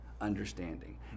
understanding